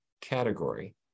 category